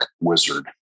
wizard